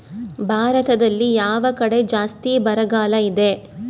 ಭಾರತದಲ್ಲಿ ಯಾವ ಕಡೆ ಜಾಸ್ತಿ ಬರಗಾಲ ಇದೆ?